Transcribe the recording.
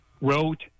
wrote